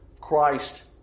Christ